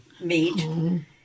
meat